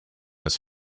his